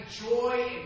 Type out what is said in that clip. joy